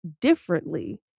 differently